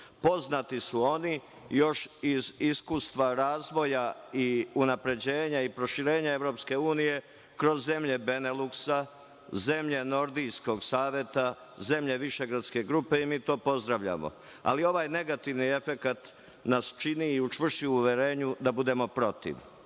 Poznati su oni još iz iskustva razvoja i unapređenja i proširenja EU kroz zemlje Beneluksa, zemlje Nordijskog saveta, zemlje Višegradske grupe i mi to pozdravljamo. Ali, ovaj negativan efekat nas čini i učvršćuje u uverenju da budemo protiv. Inače,